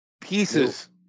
pieces